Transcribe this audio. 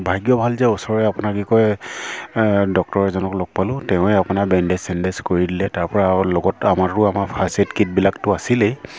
ভাগ্য ভাল যে ওচৰৰে আপোনাক কি কয় ডক্টৰ এজনক লগ পালোঁ তেওঁৱেই আপোনাৰ বেণ্ডেজ চেন্দেজ কৰি দিলে তাৰপৰা লগত আমাৰতোতো আমাৰ ফাৰ্ষ্ট এড কিটবিলাকতো আছিলেই